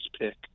pick